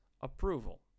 approval